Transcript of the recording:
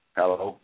Hello